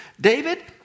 David